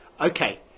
Okay